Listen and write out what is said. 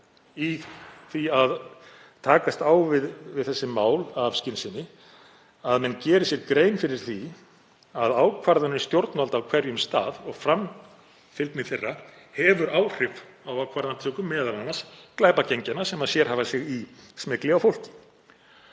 í því að takast á við þessi mál af skynsemi, að menn geri sér grein fyrir því að ákvarðanir stjórnvalda á hverjum stað og framfylgni þeirra hefur áhrif á ákvarðanatöku, m.a. glæpagengjanna sem sérhæfa sig í smygli á fólki.